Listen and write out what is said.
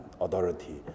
authority